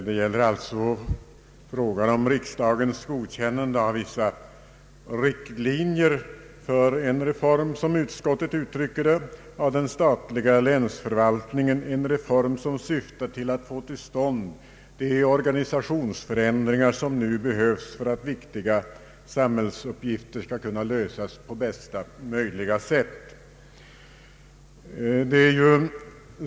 Det som begärs är riksdagens godkännande av vissa riktlinjer för en reform — som utskottet uttrycker det — av den statliga länsförvaltningen, en reform som syftar till de organisationsförändringar som nu behövs för att viktiga samhällsuppgifter skall kunna lösas på bästa möjliga sätt.